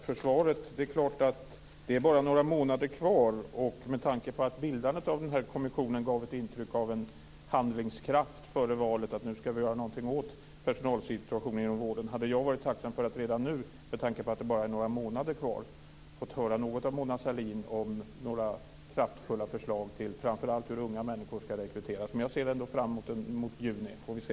Fru talman! Jag tackar för svaret. Med tanke på att bildandet av denna kommission före valet gav ett intryck av handlingskraft, att man skulle göra något åt personalsituationen inom vården, hade jag varit tacksam för att redan nu, med tanke på att det bara är några månader kvar, fått höra något från Mona Sahlin om några kraftfulla förslag till framför allt hur unga människor skall rekryteras. Men jag ser ändå fram mot juni så får vi se.